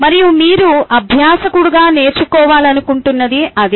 మరియు మీరు అభ్యాసకుడుగా నేర్చుకోవాలనుకుంటున్నది అదే